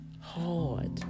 hard